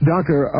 Doctor